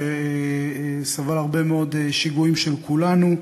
שסבל הרבה מאוד שיגועים של כולנו.